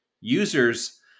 users